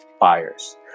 buyers